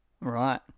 Right